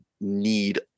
need